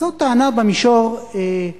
אז זו טענה במישור הפרקטי.